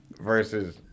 versus